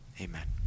Amen